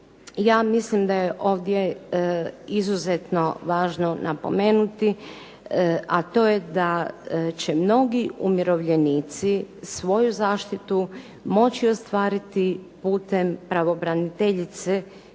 ja mislim da je ovdje izuzetno važno napomenuti a to je da će mnogi umirovljenici svoju zaštitu moći ostvariti putem pravobraniteljice